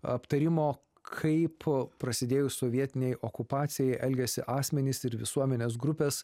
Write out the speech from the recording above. aptarimo kaip a prasidėjus sovietinei okupacijai elgėsi asmenys ir visuomenės grupės